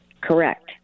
Correct